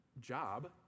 job